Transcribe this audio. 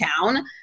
town